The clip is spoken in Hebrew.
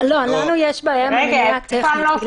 לא, לנו יש בעיה עם המילה טכנית.